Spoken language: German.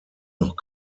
noch